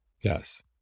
Yes